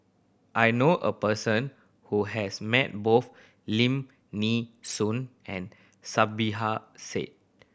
I know a person who has met both Lim Nee Soon and Said